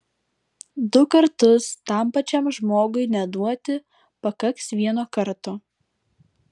du kartus tam pačiam žmogui neduoti pakaks vieno karto